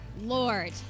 Lord